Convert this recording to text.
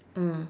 mm